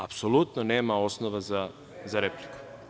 Apsolutno nema osnova za repliku.